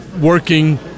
working